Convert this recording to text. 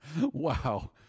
Wow